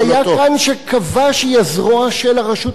שהיה כאן, שקבע שהיא הזרוע של הרשות הפלסטינית.